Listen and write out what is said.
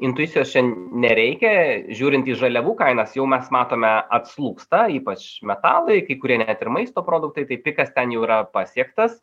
intuicijos čia nereikia žiūrint į žaliavų kainas jau mes matome atslūgsta ypač metalai kai kurie net ir maisto produktai tai pikas ten jau yra pasiektas